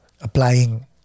Applying